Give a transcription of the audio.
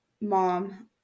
mom